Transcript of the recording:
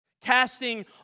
Casting